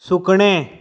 सुकणें